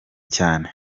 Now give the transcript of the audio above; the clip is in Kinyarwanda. cyane